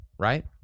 Right